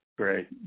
Great